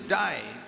died